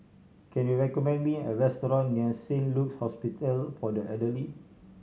can you recommend me a restaurant near Saint Luke's Hospital for the Elderly